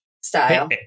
style